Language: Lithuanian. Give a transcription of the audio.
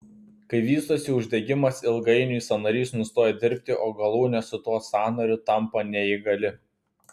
kai vystosi uždegimas ilgainiui sąnarys nustoja dirbti o galūnė su tuo sąnariu tampa neįgali